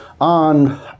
on